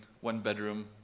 one-bedroom